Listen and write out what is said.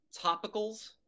topicals